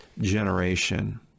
generation